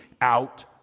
out